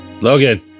Logan